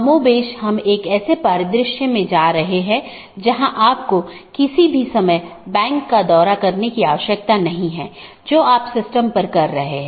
इसलिए हमारा मूल उद्देश्य यह है कि अगर किसी ऑटॉनमस सिस्टम का एक पैकेट किसी अन्य स्थान पर एक ऑटॉनमस सिस्टम से संवाद करना चाहता है तो यह कैसे रूट किया जाएगा